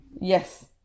yes